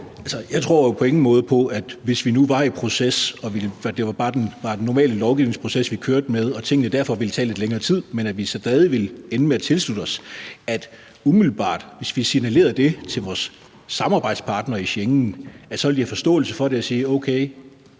Jeg tror jo på, at hvis vi nu var i proces og det bare var den normale lovgivningsproces, vi kørte med, og tingene derfor ville tage lidt længere tid, men at vi stadig ville ende med at tilslutte os, og hvis vi signalerede det til vores samarbejdspartnere i Schengen, så ville de umiddelbart have forståelse for det og sige: Okay,